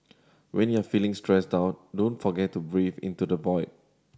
when you are feeling stressed out don't forget to breathe into the void